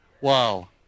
Wow